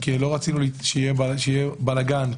לא רצינו שיהיה בלאגן.